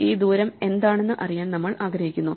ഈ ദൂരം എന്താണെന്ന് അറിയാൻ നമ്മൾ ആഗ്രഹിക്കുന്നു